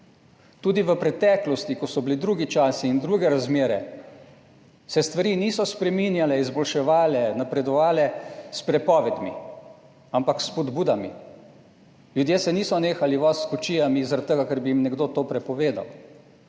Tudi v preteklosti, ko so bili drugi časi in druge razmere, se stvari niso spreminjale, izboljševale, napredovale s prepovedmi, ampak s spodbudami. Ljudje se niso nehali voziti s kočijami zaradi tega, ker bi jim nekdo to prepovedal,